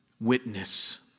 witness